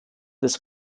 des